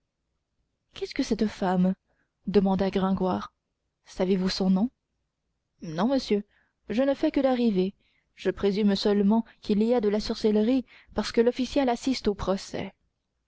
qu'est-ce que cette femme demanda gringoire savez-vous son nom non monsieur je ne fais que d'arriver je présume seulement qu'il y a de la sorcellerie parce que l'official assiste au procès